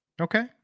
Okay